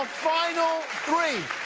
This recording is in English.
final three!